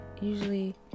usually